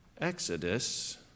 Exodus